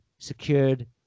Secured